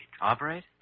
Operate